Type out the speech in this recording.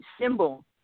symbol